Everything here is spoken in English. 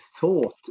thought